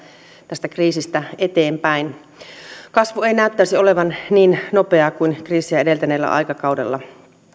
tästä kriisistä eteenpäin kasvu ei näyttäisi olevan niin nopeaa kuin kriisiä edeltäneellä aikakaudella monet